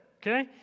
okay